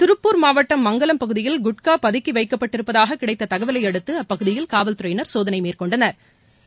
திருப்பூர் மாவட்டம் மங்கலம் பகுதியில் குட்கா பதுக்கி வைக்கப்பட்டிருப்பதாக கிடைத்த தகவலை அடுத்து அப்பகுதியில் காவல்துறையினா் மேற்கொண்டனா்